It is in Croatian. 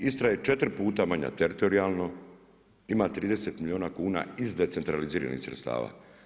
Istra je 4 puta manja teritorijalno, ima 30 milijuna kuna iz decentraliziranih sredstava.